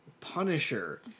Punisher